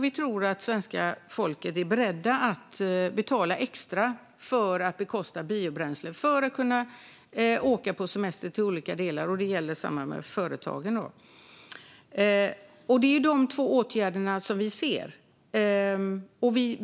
Vi tror att svenska folket är beredda att betala extra för att bekosta biobränsle för att kunna åka på semester till olika delar. Detsamma gäller företagen. Det är dessa två åtgärder som vi ser.